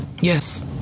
Yes